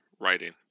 writing